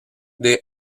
they